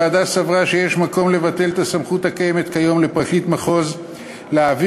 הוועדה סברה שיש מקום לבטל את הסמכות הקיימת כיום לפרקליט מחוז להעביר